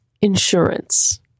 insurance